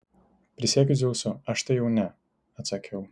prisiekiu dzeusu aš tai jau ne atsakiau